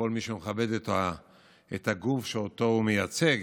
כל מי שמכבד את הגוף שאותו הוא מייצג,